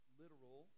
literal